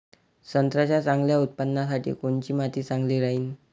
संत्र्याच्या चांगल्या उत्पन्नासाठी कोनची माती चांगली राहिनं?